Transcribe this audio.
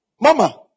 Mama